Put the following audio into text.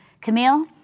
Camille